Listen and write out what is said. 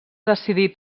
decidí